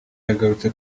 yagarutse